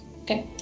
Okay